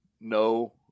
No